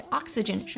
oxygen